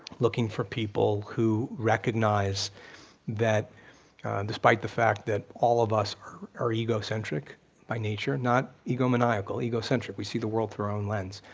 looking for people who recognize that despite the fact that all of us are egocentric by nature, not egomaniacal, egocentric, we see the world through our own lens,